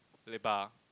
Lebar